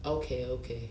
okay okay